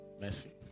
Mercy